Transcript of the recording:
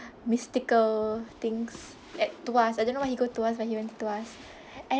mystical things at tuas I don't know why he go to tuas but he went to tuas and